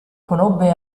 conobbe